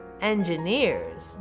Engineers